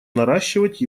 наращивать